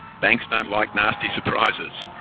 banks don't like nasty surprises.